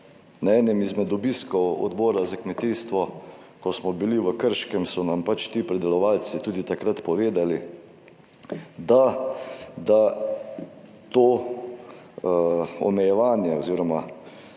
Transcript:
na enem izmed obiskov Odbora za kmetijstvo, ko smo bili v Krškem, so nam pač ti pridelovalci tudi takrat povedali, da da to omejevanje oziroma